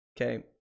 Okay